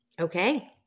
Okay